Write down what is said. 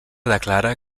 declara